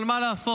אבל מה לעשות,